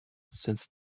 since